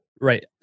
Right